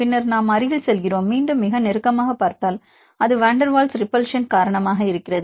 பின்னர் நாம் அருகில் செல்கிறோம் மீண்டும் மிக நெருக்கமாக பார்த்தால் அது வான் டெர் வால்ஸ் ரிபல்ஸன் காரணமாக இருக்கிறது